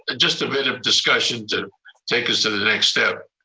ah just a bit of discussion to take us to the next step.